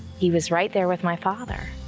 he was right there with my father.